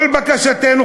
כל בקשתנו,